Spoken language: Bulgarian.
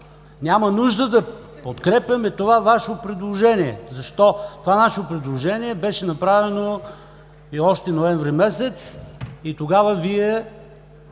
Няма нужда да подкрепяме това Ваше предложение. Защо? Защото това наше предложение беше направено още ноември месец и тогава Вие